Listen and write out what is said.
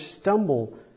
stumble